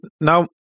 now